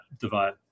divide